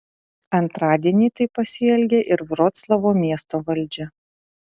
antradienį taip pasielgė ir vroclavo miesto valdžia